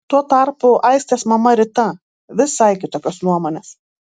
tuo tarpu aistės mama rita visai kitokios nuomonės